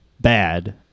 bad